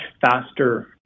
faster